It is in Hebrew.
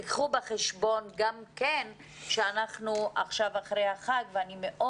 קחו בחשבון גם שאנחנו נמצאים